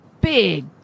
big